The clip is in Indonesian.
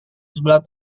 sebelah